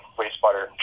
wastewater